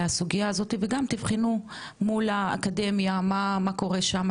הסוגייה הזאתי וגם תבחנו מול האקדמיה מה קורה שמה